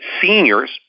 seniors